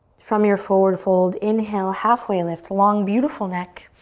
from your forward fold, inhale, halfway lift. long, beautiful neck.